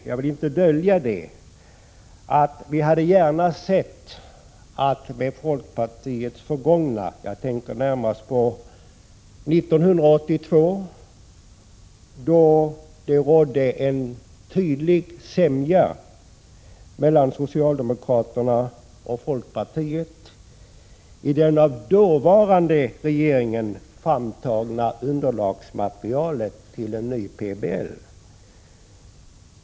Jag vill inte dölja folkpartiets förgångna i den här frågan; jag tänker närmast på år 1982, då det rådde en tydlig sämja mellan socialdemokraterna och folkpartiet i fråga om det av den dåvarande regeringen framtagna underlagsmaterialet till en ny PBL.